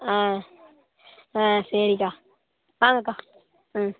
ஆ ஆ சரிக்கா வாங்கக்கா ம்